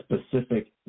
specific